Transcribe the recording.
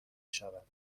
شود